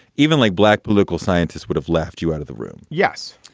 even like black political scientists would have laughed you out of the room. yes.